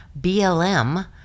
BLM